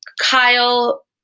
Kyle